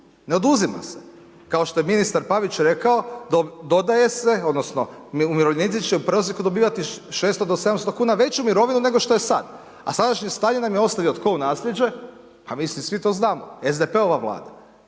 Ne oduzima se, kao što je ministar Pavić rekao dodaje se, odnosno umirovljenici će u prosjeku dobivati 600 do 700 kuna veću mirovinu nego što je sad, a sadašnje stanje nam je ostavio tko u nasljeđe? Pa mislim svi to znamo, SDP-ova vlada.